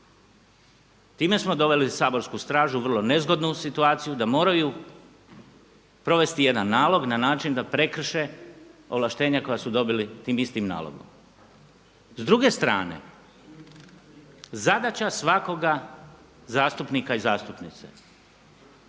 Time smo doveli saborsku stražu u vrlo nezgodnu situaciju da moraju provesti jedan nalog na način da prekrše ovlaštenja koja su dobili tim istim nalogom. S druge strane, zadaća svakoga zastupnika i zastupnice,